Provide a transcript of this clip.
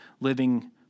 living